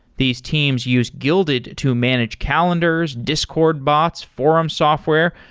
these teams use guilded to manage calendars, discord bots, forum software,